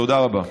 תודה רבה.